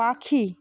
পাখি